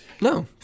No